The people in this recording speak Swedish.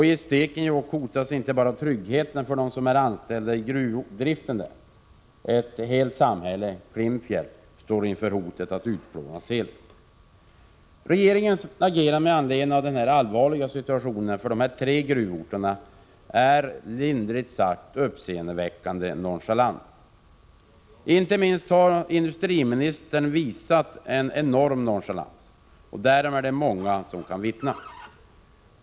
I Stekenjokk hotas inte bara tryggheten för dem som är anställda i gruvdriften. Ett helt samhälle, Klimpfjäll, står inför hotet att utplånas helt. Regeringens agerande med anledning av den allvarliga situationen för dessa tre gruvorter är, lindrigt sagt, uppseendeväckande nonchalant. Inte minst industriministern har visat en enorm nonchalans. Därom är det många som kan vittna.